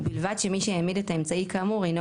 ובלבד שמי שהעמיד את האמצעי כאמור אינו